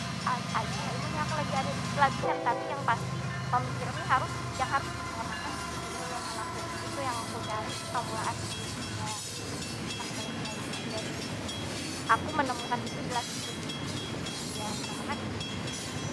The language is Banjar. ay ayu ay munnya aku lagi ada duit labihan. Tapi yang pasti pamikirannya harus, yang harus diutamakan biniku dahulu lawan anakku. Itu yang ku cari pamulaan dulu, munnya, munnya hadnak balaki lawan inya. Dan aku menemukan itu di lakiku. Jadi, ya kenapa kada?